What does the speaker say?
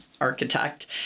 architect